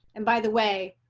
and by the way.